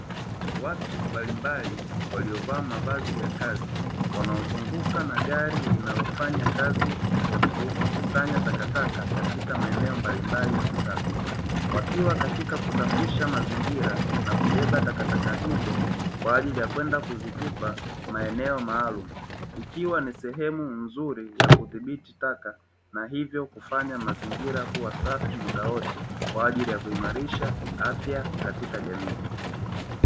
Watu mbalimbali waliovaa mavazi ya kazi wanaozunguka na gari linalofanya kazi ya kukusanya takataka katika maeneo mbalimbali ya mtaa, wakiwa katika kusafisha mazingira na kubeba takataka hizo kwa ajili ya kwenda kuzitupa maeneo maalumu ikiwa ni sehemu nzuri ya kudhibiti taka na hivyo kufanya mazingira kuwa safi muda wote kwa ajili ya kuimarisha afya katika jamii.